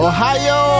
Ohio